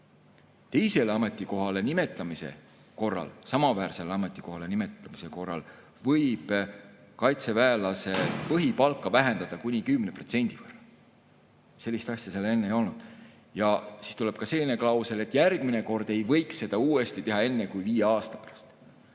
teisele ametikohale, samaväärsele ametikohale nimetamise korral võib kaitseväelase põhipalka vähendada kuni 10%. Sellist asja seal enne ei olnud. Siis tuleb ka selline klausel, et seda ei võiks uuesti teha enne kui viie aasta pärast.